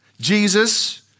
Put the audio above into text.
Jesus